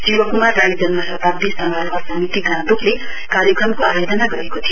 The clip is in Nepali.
शिवकुमार राई जन्म शताब्दी समारोह समिति गान्तोकले कार्यक्रमको आयोजना गरेको थियो